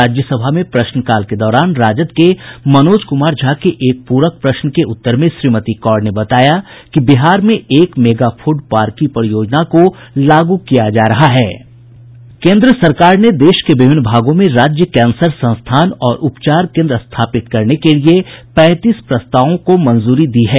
राज्यसभा में प्रश्नकाल के दौरान राजद के मनोज कुमार झा के एक प्रक प्रश्न के उत्तर में श्रीमती कौर ने बताया कि बिहार में एक मेगा फूड पार्क की परियोजना को लागू किया जा रहा है केंद्र सरकार ने देश के विभिन्न भागों में राज्य कैंसर संस्थान और उपचार केंद्र स्थापित करने के लिये पैंतीस प्रस्तावों को मंजूरी दी है